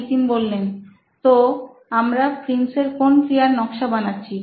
নিতিন তো আমরা প্রিন্স এর কোন ক্রিয়ার নকশা বানাচ্ছি